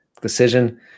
decision